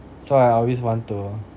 so I always want to